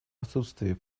отсутствии